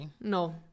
no